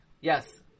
Yes